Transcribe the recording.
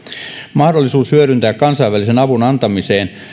mahdollisuus hyödyntää kansainvälisen avun antamiseen